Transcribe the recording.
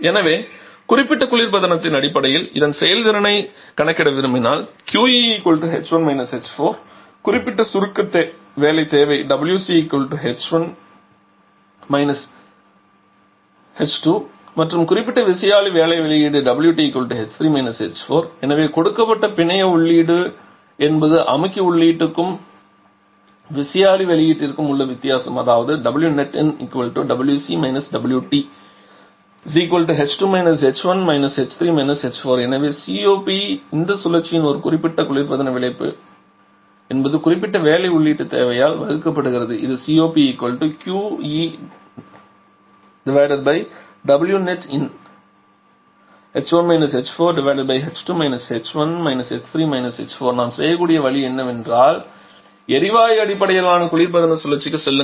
எனவே குறிப்பிட்ட குளிர்பதனத்தின் அடிப்படையில் இதன் செயல்திறனைக் கணக்கிட விரும்பினால் qEh1 h4 குறிப்பிட்ட சுருக்க வேலை தேவை wCh2 h1 மற்றும் குறிப்பிட்ட விசையாழி வேலை வெளியீடு wTh3 h4 எனவே கொடுக்கப்பட்ட பிணைய உள்ளீடு என்பது அமுக்கி உள்ளீடுக்கும் விசையாழி வெளியீட்டிற்கும் உள்ள வித்தியாசம் அதாவது wnet inwC wT h2 h1 h3 h4 எனவே COP இந்த சுழற்சியின் ஒரு குறிப்பிட்ட குளிர்பதன விளைவு என்பது குறிப்பிட்ட வேலை உள்ளீட்டு தேவையால் வகுக்கப்படுகிறது இது COPqEwnetinh1 h4h2 h1 h3 h4 நாம் செய்யக்கூடிய வழி என்னவென்றால் எரிவாயு அடிப்படையிலான குளிர்பதன சுழற்சிக்குச் செல்லுங்கள்